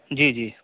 جی جی